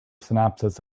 synopsis